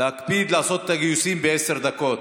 להקפיד לעשות את הגיוסים בעשר דקות.